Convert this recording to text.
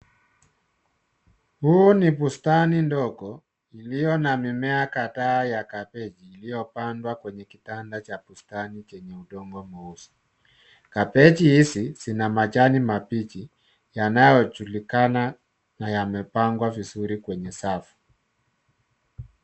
Huu ni bustani ndogo iliyo na mimea kadhaa ya kabechi iliyopandwa kwenye kitanda cha bustani chenye udongo mweusi. Kabechi hizi zina majani mabichi yanayojulikana na yamepangwa vizuri kwenye safu.